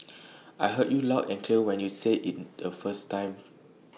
I heard you loud and clear when you said IT the first time